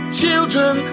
children